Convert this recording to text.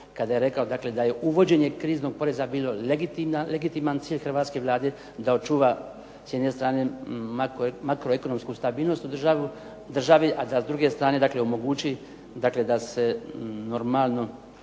kada je rekao, dakle da je uvođenje kriznog poreza bilo legitiman cilj hrvatske Vlade da očuva s jedne strane makro ekonomsku stabilnost u državi, a da s druge strane dakle omogući, dakle da se normalno